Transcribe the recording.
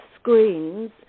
screens